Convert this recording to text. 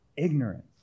ignorance